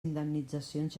indemnitzacions